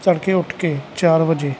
ਤੜਕੇ ਉੱਠ ਕੇ ਚਾਰ ਵਜੇ